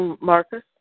Marcus